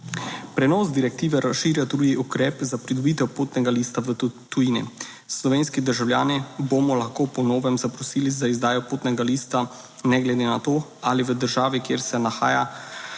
Prenos direktive razširja tudi ukrep za pridobitev potnega lista v tujini. Slovenski državljani bomo lahko po novem zaprosili za izdajo potnega lista ne glede na to ali v državi, kjer se nahaja,